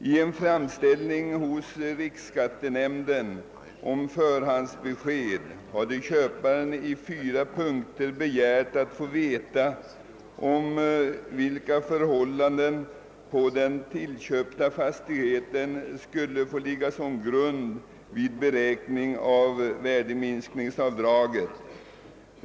I en framställning till riksskattenämnden om förhandsbesked i ärendet hade köparen i fyra punkter begärt att få veta, vilka förhållanden på den tillköpta fastigheten som skulle läggas till grund vid beräkningen av värdeminskningsavdraget.